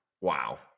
wow